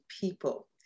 people